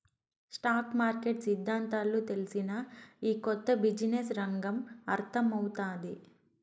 stock market సిద్దాంతాలు తెల్సినా, ఈ కొత్త బిజినెస్ రంగం అర్థమౌతాది